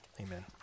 amen